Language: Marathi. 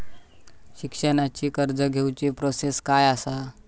शिक्षणाची कर्ज घेऊची प्रोसेस काय असा?